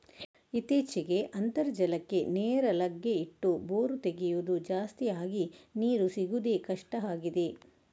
ಇತ್ತೀಚೆಗೆ ಅಂತರ್ಜಲಕ್ಕೆ ನೇರ ಲಗ್ಗೆ ಇಟ್ಟು ಬೋರು ತೆಗೆಯುದು ಜಾಸ್ತಿ ಆಗಿ ನೀರು ಸಿಗುದೇ ಕಷ್ಟ ಆಗಿದೆ